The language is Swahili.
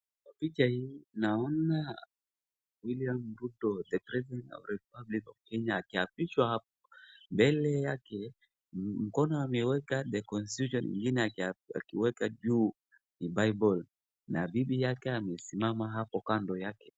Kwa picha hii naona William Ruto the president of the Republic of Kenya akiapishwa mbele mko ameweka the constitution ingine akiweka juu ni Bible na bibi yake amesimama hapo kando yake.